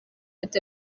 ati